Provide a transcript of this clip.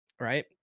Right